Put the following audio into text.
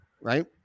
right